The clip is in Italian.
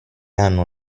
hanno